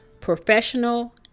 Professional